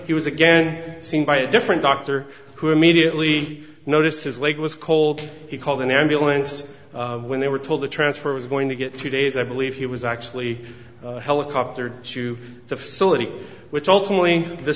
he was again seen by a different doctor who immediately noticed his leg was cold he called an ambulance when they were told the transfer was going to get two days i believe he was actually helicoptered to the facility which ultimately th